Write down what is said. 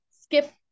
Skip